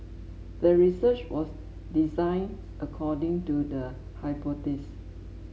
the research was designed according to the hypothesis